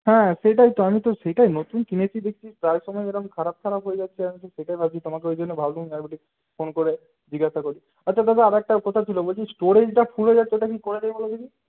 হ্যাঁ সেটাই তো আমি তো সেটাই নতুন কিনেছি দেখছি প্রায় সময় এরম খারাপ খারাপ হয়ে যাচ্ছে আমি ভাবছি সেটাই ভাবছি তোমাকে ওই জন্য ভাবলুম একবার একটু ফোন করে জিজ্ঞাসা করি আচ্ছা দাদা আর একটা কথা ছিলো বলছি স্টোরেজটা ফুল হয়ে যাচ্ছে ওটা কি করা যায় বলো দেখি